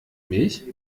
milch